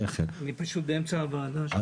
אני באמצע דיון בוועדת הכספים.